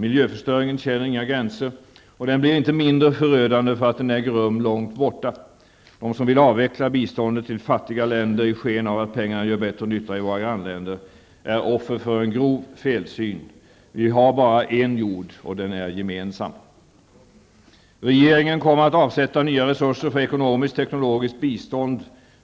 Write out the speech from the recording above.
Miljöförstöringen känner inga gränser. Den blir inte mindre förödande för att den äger rum långt borta. De som vill avveckla biståndet till fattiga länder -- i sken av att pengarna gör bättre nytta i våra grannländer -- är offer för en grov felsyn. Vi har bara en jord och den är gemensam. Regeringen kommer att avsätta nya resurser för ekonomiskt och teknologiskt